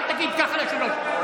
אל תגיד ככה ליושב-ראש.